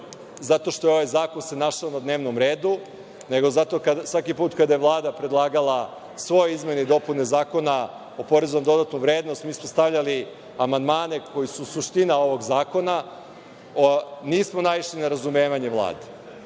zato što se ovaj zakon našao na dnevnom redu, nego zato što svaki put kada je Vlada predlagala svoje izmene i dopune Zakona o porezu na dodatu vrednost, mi smo stavljali amandmane koji su suština ovog zakona i nismo naišli na razumevanje